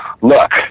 look